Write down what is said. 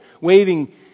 waving